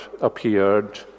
appeared